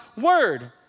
word